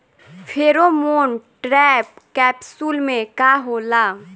Pheromone trap capsule में का होला?